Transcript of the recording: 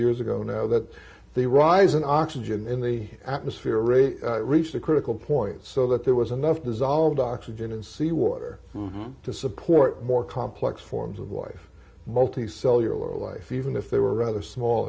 years ago now that the rise in oxygen in the atmosphere or a reached a critical point so that there was enough dissolved oxygen in seawater to support more complex forms of life multicellular life even if they were rather small